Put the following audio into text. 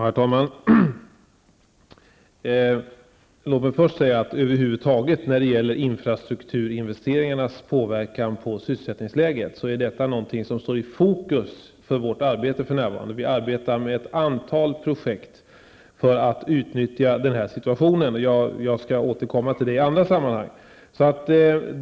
Herr talman! När det över huvud taget gäller infrastrukturinvesteringarnas påverkan på sysselsättningsläget, är detta någonting som för närvarande står i fokus för vårt arbete. Vi arbetar med ett antal projekt för att utnyttja situationen, vilket jag skall återkomma till i andra sammanhang.